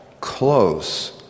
close